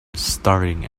starring